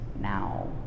now